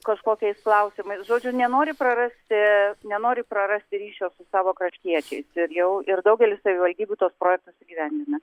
kažkokiais klausimais žodžiu nenori prarasti nenori prarasti ryšio su savo kraštiečiais ir jau ir daugelis savivaldybių tuos projektus įgyvendina